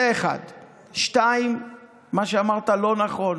זה, 1. 2. מה שאמרת לא נכון.